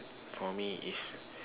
for me is